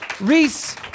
Reese